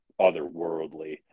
otherworldly